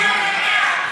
יאללה, לך.